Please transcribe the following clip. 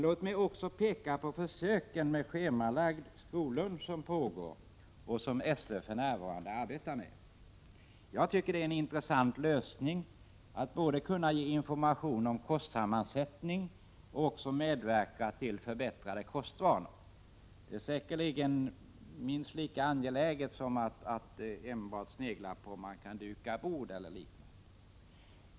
Låt mig sedan peka på den försöksverksamhet med schemalagd skollunch som pågår och som SÖ för närvarande arbetar med. Jag tycker att det är en intressant lösning att kunna ge information om kostsammansättning samtidigt som man medverkar till förbättrade kostvanor. Det är säkerligen minst lika angeläget som att enbart snegla på frågor om huruvida man kan duka bord etc.